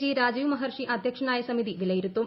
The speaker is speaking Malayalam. ജി രാജീവ് മഹർഷി അധ്യക്ഷനായ ്സ്മിത്രി് വിലയിരുത്തും